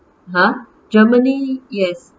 !huh! germany yes